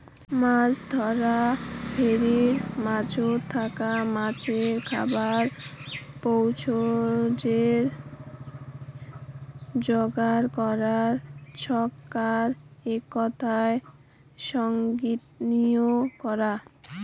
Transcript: মাছ ধরা ভেরির মাঝোত থাকা মাছের খাবার প্রয়োজনে যোগার করার ছচকাক এককথায় সংজ্ঞায়িত করা